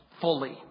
fully